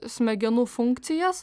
smegenų funkcijas